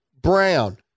Brown